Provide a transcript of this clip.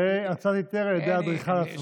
הוצאת היתר על ידי האדריכל עצמו.